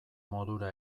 modura